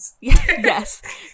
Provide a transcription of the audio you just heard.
Yes